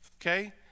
okay